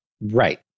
Right